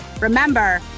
Remember